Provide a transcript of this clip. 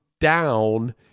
down